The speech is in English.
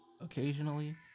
occasionally